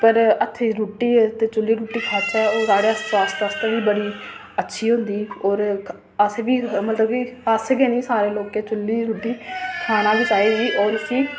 हत्थै दी रुट्टी ते चु'ल्ली दी रुट्टी ओह् साढ़े स्वास्थ आस्तै बी बड़ी अच्छी होंदी होर अस बी मतलब कि अस निं सारे लोक चु'ल्ली दी रुट्टी खाना गै चाहिदी होर उसी